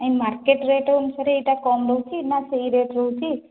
ନାଇଁ ଆଉ market rate ଅନୁସାରେ ଏଇଟା କମ୍ ରହୁଛି ନା ସେହି ରେଟ୍ ରହୁଛି